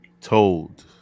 told